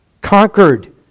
conquered